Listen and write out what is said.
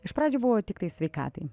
iš pradžių buvo tiktai sveikatai